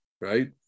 right